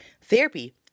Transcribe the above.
therapy